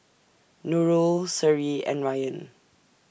Nurul Seri and Ryan